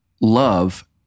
love